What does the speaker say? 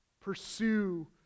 pursue